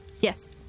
Yes